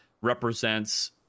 represents